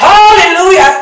Hallelujah